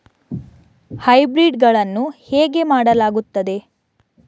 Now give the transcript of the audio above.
Hybrid ಗಳನ್ನು ಹೇಗೆ ಮಾಡಲಾಗುತ್ತದೆ?